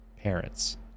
parents